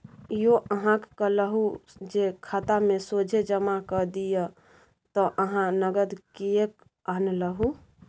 यौ अहाँक कहलहु जे खातामे सोझे जमा कए दियौ त अहाँ नगद किएक आनलहुँ